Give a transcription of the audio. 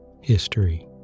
History